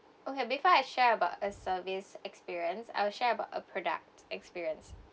okay before I share about a service experience I will share about a product experience